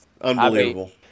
Unbelievable